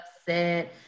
upset